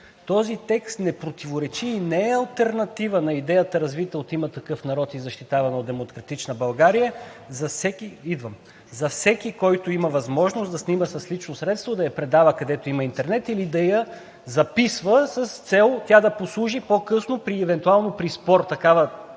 Този текст не противоречи и не е алтернатива на идеята, развита от „Има такъв народ“ и защитавана от „Демократична България“ за всеки, който има възможност да снима с лично средство, да я предава, където има интернет, или да я записва с цел тя да послужи по-късно евентуално